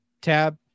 Tab